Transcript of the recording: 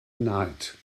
night